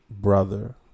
brother